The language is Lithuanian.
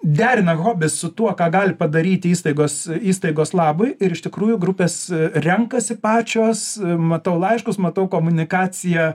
derina hobį su tuo ką gali padaryti įstaigos įstaigos labui ir iš tikrųjų grupės renkasi pačios matau laiškus matau komunikaciją